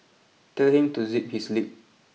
tell him to zip his lip